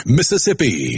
Mississippi